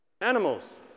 Animals